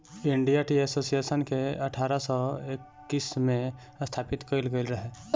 India tea association के अठारह सौ इक्यासी में स्थापित कईल गईल रहे